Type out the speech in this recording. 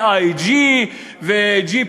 AIG ו"ג'יי.